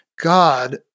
God